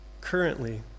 currently